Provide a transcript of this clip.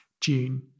June